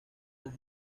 las